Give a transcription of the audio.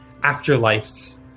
afterlifes